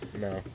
No